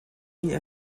mille